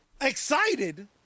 Excited